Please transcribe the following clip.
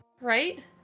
right